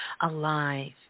alive